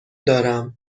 دارم